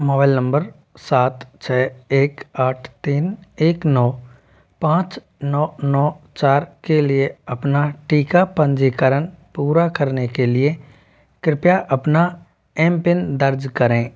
mobile number सात छः एक आठ तीन एक नौ पाँच नौ नौ चार के लिए अपना टीका पंजीकरण पूरा करने के लिए कृपया अपना एम पिन दर्ज करें